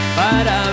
para